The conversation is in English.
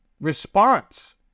response